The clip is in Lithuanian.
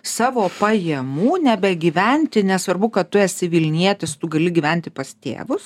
savo pajamų nebegyventi nesvarbu kad tu esi vilnietis tu gali gyventi pas tėvus